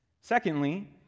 Secondly